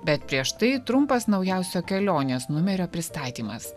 bet prieš tai trumpas naujausio kelionės numerio pristatymas